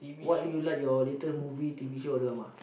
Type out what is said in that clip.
what you like your latest movie t_v show drama